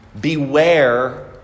Beware